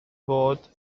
fod